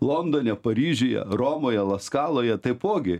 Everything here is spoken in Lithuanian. londone paryžiuje romoje laskaloje taipogi